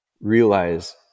realize